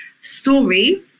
story